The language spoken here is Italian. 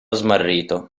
smarrito